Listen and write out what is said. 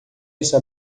essa